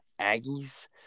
Aggies